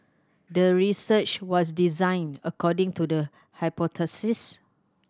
the research was designed according to the hypothesis